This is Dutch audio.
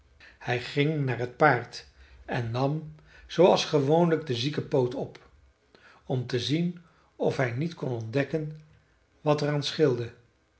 hij ging naar het paard en nam zooals gewoonlijk den zieken poot op om te zien of hij niet kon ontdekken wat er aan scheelde